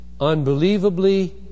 unbelievably